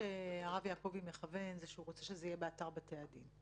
הרב יעקבי מכוון לכך שהוא רוצה שזה יהיה באתר בתי הדין.